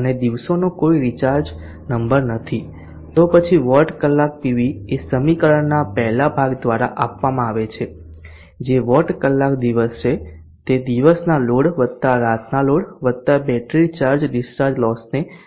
અને દિવસોનો કોઈ રિચાર્જ નંબર નથી તો પછી વોટ કલાક પીવી એ સમીકરણના પહેલા ભાગ દ્વારા આપવામાં આવે છે જે વોટ કલાક દિવસ છે તે દિવસના લોડ વત્તા રાતના લોડ વત્તા બેટરી ચાર્જ ડિસ્ચાર્જ લોસને સપ્લાય કરવા માટે વપરાય છે